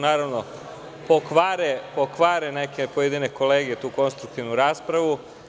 Naravno, pokvare neke pojedine kolege tu konstruktivnu raspravu.